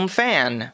fan